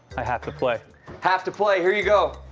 i have to play have to play. here you go.